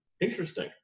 Interesting